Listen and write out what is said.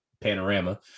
panorama